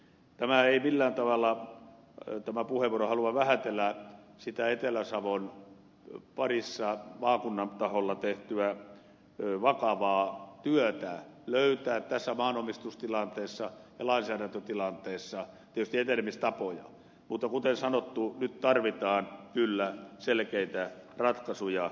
tämä puheenvuoro ei millään tavalla halua vähätellä sitä etelä savossa maakunnan taholla tehtyä vakavaa työtä löytää tässä maanomistustilanteessa ja lainsäädäntötilanteessa tietysti etenemistapoja mutta kuten sanottu nyt tarvitaan kyllä selkeitä ratkaisuja